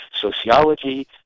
sociology